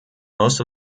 most